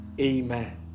Amen